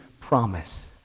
promise